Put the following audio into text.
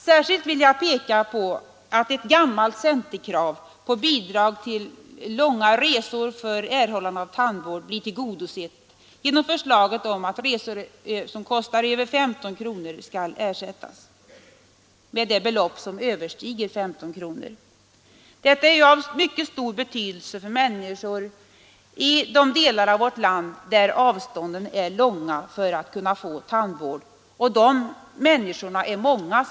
Särskilt vill jag peka på att ett gammalt centerkrav om bidrag för långa resor för erhållande av tandvård blir tillgodosett genom förslaget att resor som kostar över 15 kronor skall ersättas med det belopp, som överstiger 15 kronor. Detta är av mycket stor betydelse för människorna i de delar av vårt land där avstånden är långa, och de människorna är många.